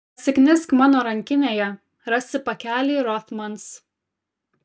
pasiknisk mano rankinėje rasi pakelį rothmans